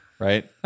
Right